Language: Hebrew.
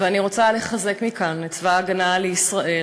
ואני רוצה לחזק מכאן את צבא ההגנה לישראל,